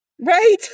right